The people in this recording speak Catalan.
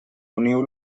uniu